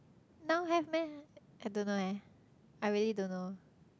now have meh I don't know eh I really don't know